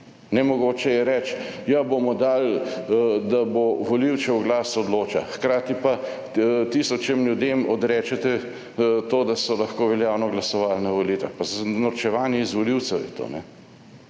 nemogoče je reči: »Bomo dali, da bo volivcev glas odločal«, hkrati pa tisočim ljudem odrečete to, da so lahko veljavno glasovali na volitvah. Norčevanje iz volivcev je to,